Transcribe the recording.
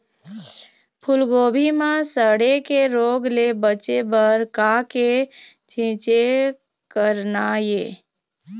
फूलगोभी म सड़े के रोग ले बचे बर का के छींचे करना ये?